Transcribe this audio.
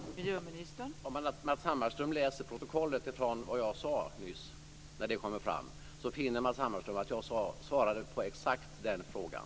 Fru talman! Om Matz Hammarström läser i protokollet, när det kommer ut, vad jag sade nyss finner Matz Hammarström att jag svarade på exakt den frågan.